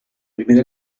primera